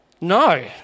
No